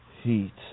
heat